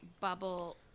bubble